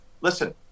listen